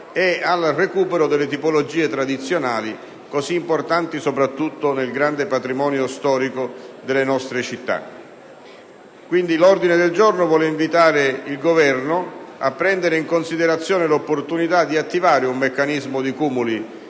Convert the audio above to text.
e al recupero delle tipologie tradizionali, così importanti soprattutto nel grande patrimonio storico delle nostre città. L'ordine del giorno vuole pertanto invitare il Governo a prendere in considerazione l'opportunità di attivare un meccanismo di cumuli